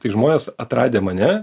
tai žmonės atradę mane